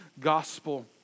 gospel